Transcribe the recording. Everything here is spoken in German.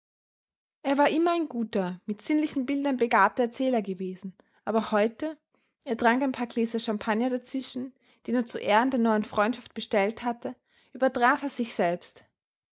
er war immer ein guter mit sinnlichen bildern begabter erzähler gewesen aber heute er trank ein paar gläser champagner dazwischen den er zu ehren der neuen freundschaft bestellt hatte übertraf er sich selbst